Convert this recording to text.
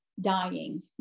dying